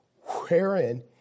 wherein